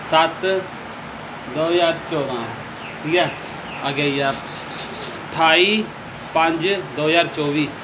ਸੱਤ ਦੋ ਹਜ਼ਾਰ ਚੌਦਾਂ ਠੀਕ ਹੈ ਅਠਾਈ ਪੰਜ ਦੋ ਹਜ਼ਾਰ ਚੌਵੀ